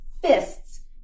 fists